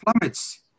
plummets